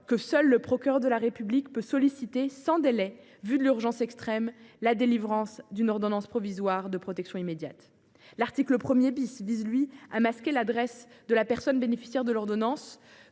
que seul le procureur de la République puisse solliciter, sans délai vu l’extrême urgence, la délivrance d’une ordonnance provisoire de protection immédiate. L’article 1 a quant à lui pour objet de masquer l’adresse de la personne bénéficiaire de l’ordonnance